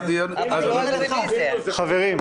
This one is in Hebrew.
חברים,